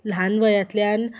ल्हान वयांतल्यान